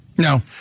No